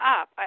up